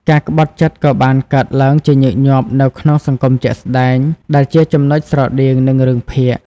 ការក្បត់ចិត្តក៏បានកើតឡើងជាញឹកញាប់នៅក្នុងសង្គមជាក់ស្តែង ដែលជាចំណុចស្រដៀងនឹងរឿងភាគ។